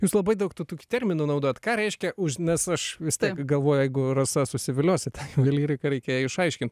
jūs labai daug tų tokių terminų naudojat ką reiškia už nes aš vis tiek galvoju jeigu rasa susivilios į tą juvelyriką reikia jai išaiškint